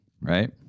right